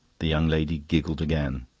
the young lady giggled again.